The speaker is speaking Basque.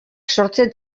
sortzen